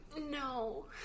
No